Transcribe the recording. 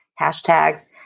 hashtags